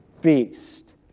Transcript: beast